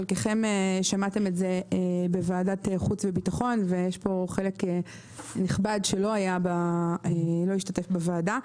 חלקכם שמעתם אותם בוועדת חוץ וביטחון אבל חלק נכבד לא השתתף בוועדה.